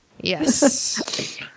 Yes